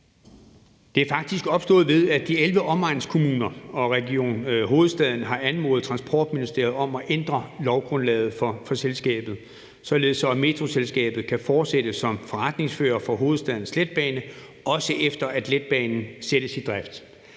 er faktisk opstået, ved at de 11 omegnskommuner og Region Hovedstaden har anmodet Transportministeriet om at ændre lovgrundlaget for selskabet, således at Metroselskabet kan fortsætte som forretningsfører for Hovedstadens Letbane I/S, også efter at letbanen sættes i drift.